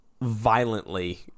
Violently